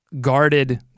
guarded